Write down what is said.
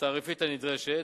התעריפית הנדרשת,